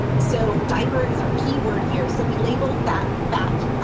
so, diaper is our keyword here so we labeled that that